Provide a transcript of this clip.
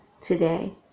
today